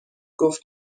گفت